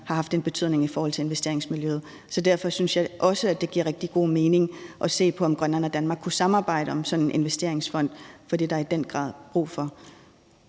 har haft en betydning i forhold til investeringsmiljøet. Derfor synes jeg også, det giver rigtig god mening at se på, om Grønland og Danmark kunne samarbejde om sådan en investeringsfond, for det er der i den grad brug for.